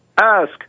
ask